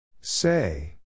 Say